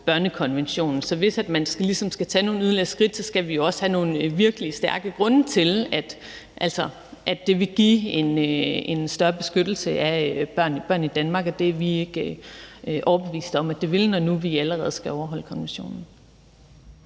vi ligesom skal tage nogle yderligere skridt, skal vi jo også have nogle virkelig stærke grunde til det, altså at det vil give en større beskyttelse af børn i Danmark, og det er vi ikke overbevist om at det vil, når nu vi allerede skal overholde konventionen.